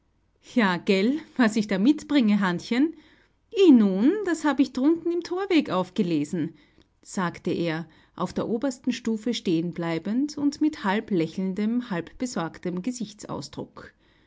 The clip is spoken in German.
ja gelt was ich da mitbringe hannchen i nun das habe ich drunten im thorweg aufgelesen sagte er auf der obersten stufe stehen bleibend mit halb lächelndem halb besorgtem gesichtsausdruck